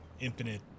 infinite